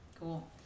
cool